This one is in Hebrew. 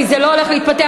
כי זה לא הולך להתפתח,